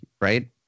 right